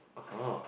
(uh huh)